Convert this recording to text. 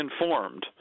informed